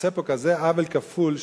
עושה פה כזה עוול כפול.